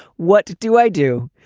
what do i do?